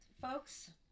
folks